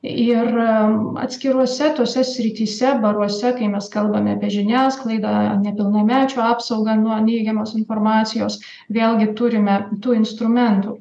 ir atskiruose tose srityse baruose kai mes kalbame apie žiniasklaidą nepilnamečių apsaugą nuo neigiamos informacijos vėlgi turime tų instrumentų